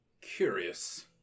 Curious